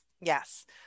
Yes